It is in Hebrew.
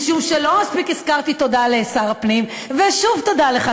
משום שלא מספיק הכרתי תודה לשר הפנים: ושוב תודה לך,